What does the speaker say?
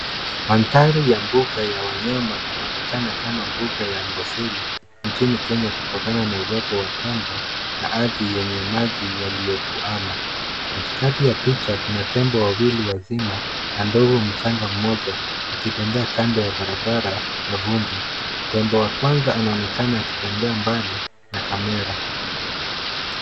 Mandhari ya mbuga ya wanyama inaonekana kama mbuga ya Amboseli nchini Kenya, kutokana na uwepo wa tempo na ardhi yenye maji yaliyokwama. Katikati ya picha kuna tembo wawili wakubwa na ndogo, akitembea kando ya barabara ya vumbi. Tembo wa kwanza anaonekana akitembea mbali na larema.